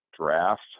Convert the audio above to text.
draft